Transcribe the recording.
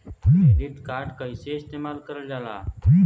Credit card कईसे इस्तेमाल करल जाला?